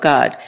God